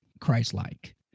Christ-like